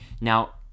now